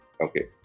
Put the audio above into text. okay